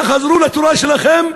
תחזרו לתורה שלכם,